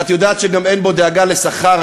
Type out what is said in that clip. ואת יודעת שגם אין בו דאגה לשכר.